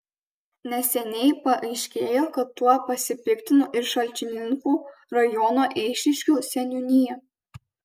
neseniai paaiškėjo kad tuo pasipiktino ir šalčininkų rajono eišiškių seniūnija